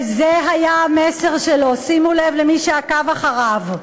וזה היה המסר שלו, שימו לב, למי שעקב אחריו: